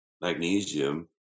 magnesium